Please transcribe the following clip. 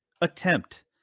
attempt